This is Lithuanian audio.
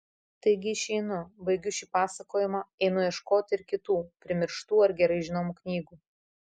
taigi išeinu baigiu šį pasakojimą einu ieškoti ir kitų primirštų ar gerai žinomų knygų